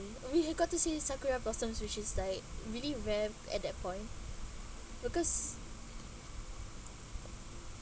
we got to see sakura blossoms which is like really rare at that point because